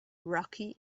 rocky